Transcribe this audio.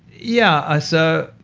yeah, i so